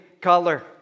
color